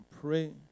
pray